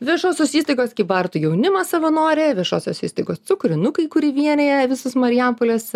viešosios įstaigos kybartų jaunimas savanorė viešosios įstaigos cukrinukai kuri vienija visus marijampolės